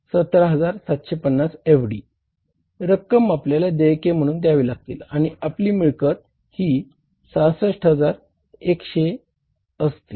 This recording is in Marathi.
17750 एवढी रक्कम आपल्याला देयके म्ह्णून दयावी लागतील आणि आपली मिळकत 66100 असतील